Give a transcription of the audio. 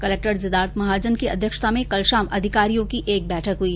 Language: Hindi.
कलक्टर सिद्धार्थ महाजन की अध्यक्षता में कल शाम अधिकारियों की एक बैठक हुई